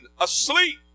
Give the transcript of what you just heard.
asleep